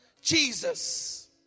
Jesus